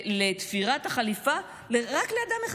לתפירת החליפה רק לאדם אחד.